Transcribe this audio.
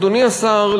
אדוני השר,